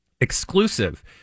Exclusive